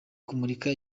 kumurika